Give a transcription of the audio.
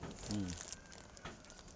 mm